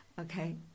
Okay